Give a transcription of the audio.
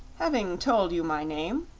having told you my name,